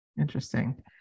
Interesting